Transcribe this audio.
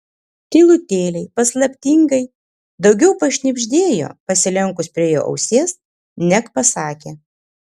tylutėliai paslaptingai daugiau pašnibždėjo pasilenkus prie jo ausies neg pasakė